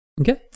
Okay